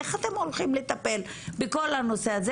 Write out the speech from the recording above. איך אתם הולכים לטפל בכל הנושא הזה.